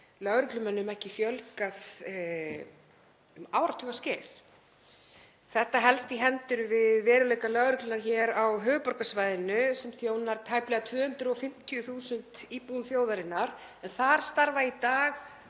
lögreglumönnum ekki fjölgað um áratuga skeið. Þetta helst í hendur við veruleika lögreglunnar hér á höfuðborgarsvæðinu sem þjónar tæplega 250.000 íbúum þjóðarinnar en þar starfa í dag